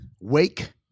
Wake